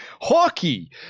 Hockey